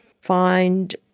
Find